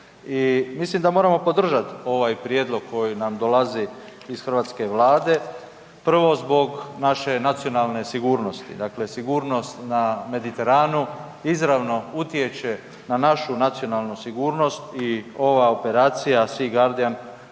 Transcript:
mislim da moramo podržat ovaj prijedlog koji nam dolazi iz hrvatske vlade, prvo zbog naše nacionalne sigurnosti, dakle sigurnost na Mediteranu izravno utječe na našu nacionalnu sigurnost i ova operacija „SEA GUARDIAN“